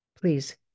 please